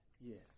Yes